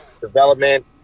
development